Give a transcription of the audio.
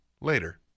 Later